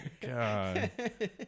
God